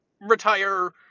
retire